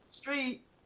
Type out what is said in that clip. street